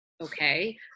okay